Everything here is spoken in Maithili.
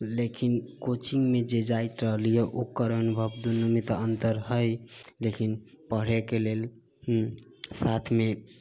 लेकिन कोचिङ्गमे जे जाइत रहलियै ओकर अनुभव दूनूमे तऽ अन्तर हइ लेकिन पढ़ैके लेल साथमे